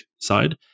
side